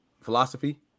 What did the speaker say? philosophy